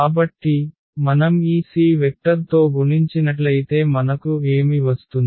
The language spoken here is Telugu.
కాబట్టి మనం ఈ c వెక్టర్ తో గుణించినట్లయితే మనకు ఏమి వస్తుంది